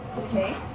Okay